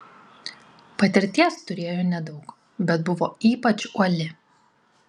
patirties turėjo nedaug bet buvo ypač uoli